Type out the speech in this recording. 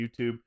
YouTube